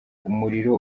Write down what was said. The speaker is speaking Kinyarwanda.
umuriro